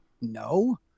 no